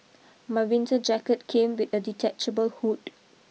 my winter jacket came with a detachable hood